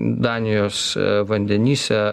danijos vandenyse